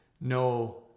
no